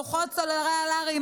לוחות סלולריים,